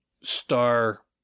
star